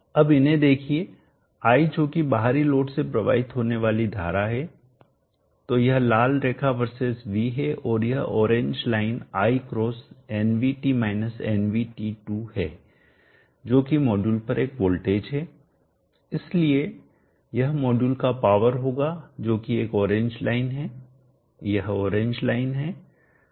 अब इन्हें देखिए i जोकि बाहरी लोड से प्रवाहित होने वाली धारा है तो यह लाल रेखा वर्सेस v है और यह ऑरेंज लाइन i x है जो कि मॉड्यूल एक पर वोल्टेज है इसलिए यह मॉड्यूल का पावर होगा जोकि एक ऑरेंज लाइन है यह ऑरेंज लाइन है